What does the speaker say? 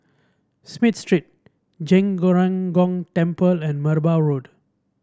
Smith Street Zhen Ren Gong Temple and Merbau Road